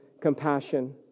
compassion